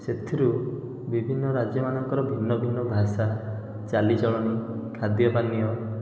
ସେଥିରୁ ବିଭିନ୍ନ ରାଜ୍ୟମାନଙ୍କର ଭିନ୍ନଭିନ୍ନ ଭାଷା ଚାଲିଚଳନି ଖାଦ୍ୟ ପାନୀୟ